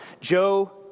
Joe